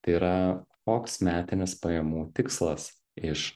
tai yra koks metinis pajamų tikslas iš